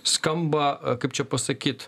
skamba kaip čia pasakyt